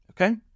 Okay